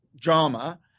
drama